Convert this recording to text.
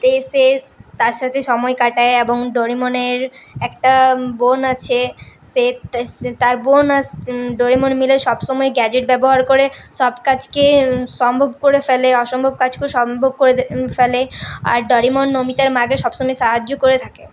তে সে তার সাথে সময় কাটায় এবং ডোরেমনের একটা বোন আছে সে তার বোন আর ডোরেমন মিলে সবসময়ে গ্যাজেট ব্যবহার করে সব কাজকে সম্ভব করে ফেলে অসম্ভব কাজকেও সম্ভব করে দে ফেলে আর ডোরেমন নোবিতার মাকে সবসময় সাহায্য করে থাকে